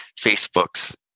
Facebook's